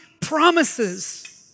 promises